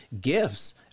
gifts